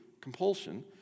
compulsion